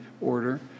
order